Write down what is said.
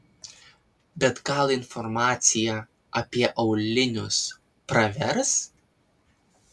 bet gal informacija apie aulinius pravers